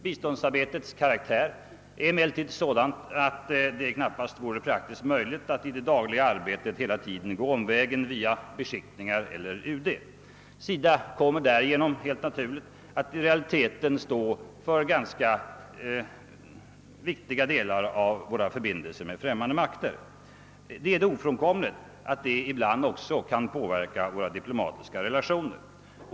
Biståndsarbetets karaktär är dock sådan att det knappast vore möjligt att i det dagliga arbetet gå omvägen via våra beskickningar eller genom UD. SIDA kommer därigenom helt naturligt att i realiteten stå för viktiga delar av våra förbindelser med främmande makter, och det är ofrånkomligt att detta ibland kan påverka våra diplomatiska relationer.